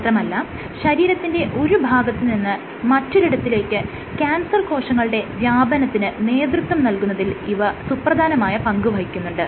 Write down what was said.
മാത്രമല്ല ശരീരത്തിന്റെ ഒരു ഭാഗത്ത് നിന്നും മറ്റൊരിടത്തിലേക്ക് കാൻസർ കോശങ്ങളുടെ വ്യാപനത്തിന് നേതൃത്വം നൽകുന്നതിൽ ഇവ സുപ്രധാനമായ പങ്കുവഹിക്കുന്നുണ്ട്